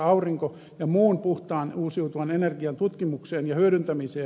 aurinko ja muun puhtaan uusiutuvan energian tutkimukseen jja hyödyntämiseen